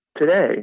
today